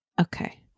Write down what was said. Okay